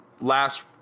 last